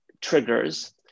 triggers